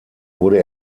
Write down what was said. wurde